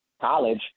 college